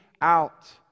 out